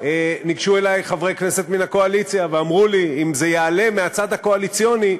ניגשו אלי חברי כנסת מהקואליציה ואמרו לי: אם זה יעלה מהצד הקואליציוני,